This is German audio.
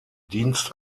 dienst